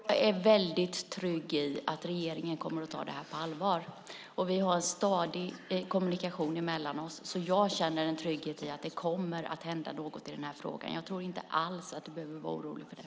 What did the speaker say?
Fru talman! Jag är väldigt trygg i att regeringen kommer att ta detta på allvar. Vi har en stadig kommunikation mellan oss. Jag känner en trygghet i att det kommer att hända något i den här frågan. Jag tror inte alls att du behöver vara orolig för det.